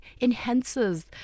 enhances